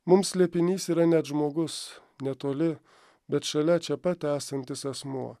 mums slėpinys yra net žmogus netoli bet šalia čia pat esantis asmuo